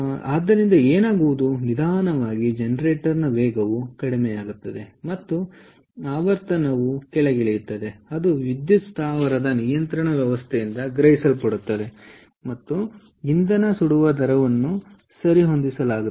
ಆದ್ದರಿಂದ ಏನಾಗುವುದು ನಿಧಾನವಾಗಿ ಜನರೇಟರ್ನ ವೇಗವು ಕಡಿಮೆಯಾಗುತ್ತದೆ ಮತ್ತು ಆದ್ದರಿಂದ ಆವರ್ತನವು ಕೆಳಗಿಳಿಯುತ್ತದೆ ಅದು ವಿದ್ಯುತ್ ಸ್ಥಾವರದ ನಿಯಂತ್ರಣ ವ್ಯವಸ್ಥೆಯಿಂದ ಗ್ರಹಿಸಲ್ಪಡುತ್ತದೆ ಮತ್ತು ಆದ್ದರಿಂದ ಇಂಧನ ಸುಡುವ ದರವನ್ನು ಸರಿಹೊಂದಿಸಲಾಗುತ್ತದೆ